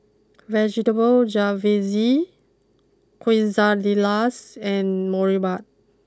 Vegetable Jalfrezi Quesadillas and Boribap